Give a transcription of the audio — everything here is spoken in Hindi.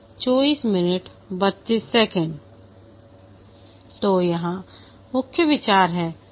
तो यह यहाँ मुख्य विचार है